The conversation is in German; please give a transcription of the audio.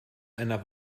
einer